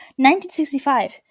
1965